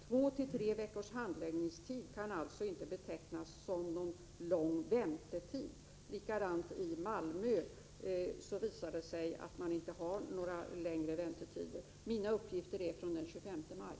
Två till tre veckors handläggningstid kan alltså inte betecknas som någon lång väntetid. När det gäller Malmö visade det sig att man inte har några längre väntetider. Mina uppgifter är från den 25 maj.